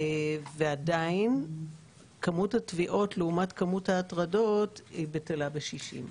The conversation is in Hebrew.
עדיין כמות התביעות לעומת כמות ההטרדות בטלה בשישים.